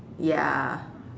ya